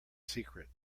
secret